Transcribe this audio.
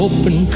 Open